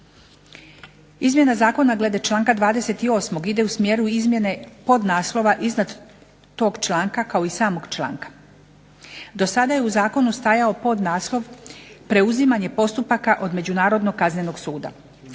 Izmjena zakona glede članka 28. ide u smjeru izmjene podnaslova iznad tog članka kao i samog članka. Do sada je u zakonu stajao trajao podnaslov, "Preuzimanje postupaka od Međunarodnog kaznenog suda".